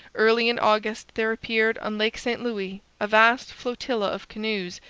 early in august there appeared on lake st louis a vast flotilla of canoes,